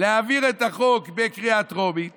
להעביר את החוק בקריאה טרומית